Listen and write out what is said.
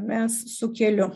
mes su keliu